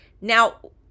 Now